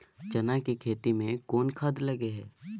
चना के खेती में कोन खाद लगे हैं?